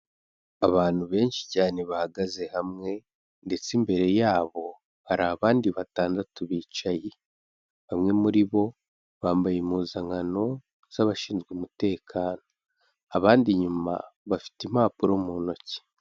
Abantu benshi cyane bahagaze hamwe ndetse imbere yabo hari abandi batandatu bicaye. Bamwe muri bo bambaye impuzankano z'abashinzwe umutekano. Abandi inyuma bafite impapuro mu ntoki.